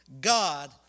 God